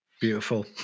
Beautiful